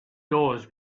doors